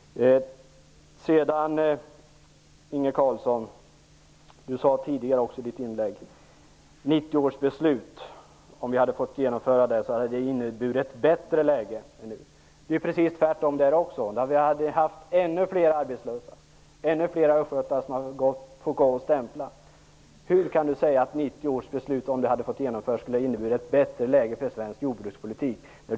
Inge Carlsson sade tidigare i inlägget att läget hade varit bättre om man hade fått genomföra 1990 års beslut. Det är precis tvärtom där också! Då hade vi haft ännu fler arbetslösa. Ännu fler östgötar hade fått gå och stämpla. Hur kan Inge Carlsson säga att läget skulle ha varit bättre för svensk jordbrukspolitik om 1990 års beslut hade fått genomföras?